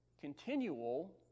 continual